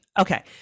okay